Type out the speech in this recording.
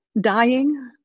dying